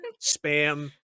spam